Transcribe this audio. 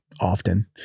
often